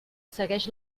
segueix